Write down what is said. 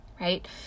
right